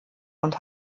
und